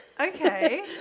Okay